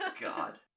God